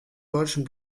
deutschen